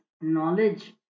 knowledge